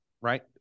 right